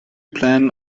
plan